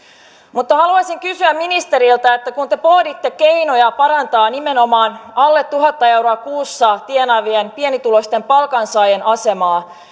mutta haluaisin kysyä ministeriltä kun te pohditte keinoja parantaa nimenomaan alle tuhat euroa kuussa tienaavien pienituloisten palkansaajien asemaa